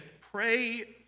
pray